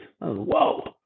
Whoa